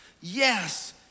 Yes